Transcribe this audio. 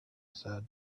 said